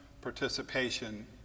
participation